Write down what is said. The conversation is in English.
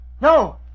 No